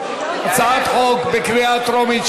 הצעת חוק בקריאה טרומית,